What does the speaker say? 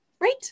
right